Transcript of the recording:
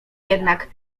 jednak